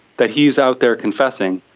that he is out there confessing,